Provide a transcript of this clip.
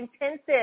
intensive